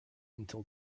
until